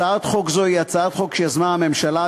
הצעת חוק זו היא הצעת חוק שיזמה הממשלה,